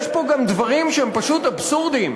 יש פה גם דברים שהם פשוט אבסורדיים.